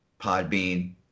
Podbean